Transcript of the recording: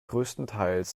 größtenteils